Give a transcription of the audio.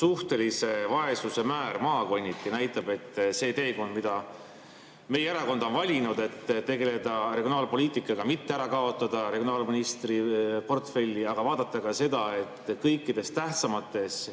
suhtelise vaesuse määr maakonniti näitab, et see teekond, mille meie erakond on valinud, et tegeleda regionaalpoliitikaga, mitte ära kaotada regionaalministri portfelli, aga vaadata ka seda, et kõikides tähtsamates